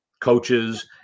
coaches